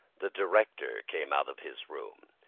the director came out of his room.